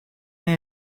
naar